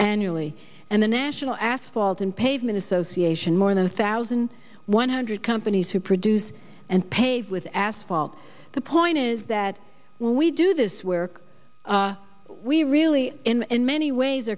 annually and the national asphalt and pavement association more than a thousand one hundred companies who produce and paved with asphalt the point is that when we do this where we really in many ways